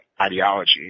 ideology